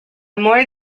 more